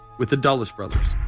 with the dulles brothers,